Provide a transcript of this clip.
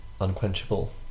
unquenchable